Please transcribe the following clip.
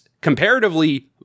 comparatively